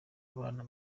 abana